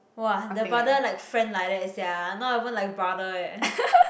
!wah! the brother like friend like that sia not even like brother eh